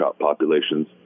populations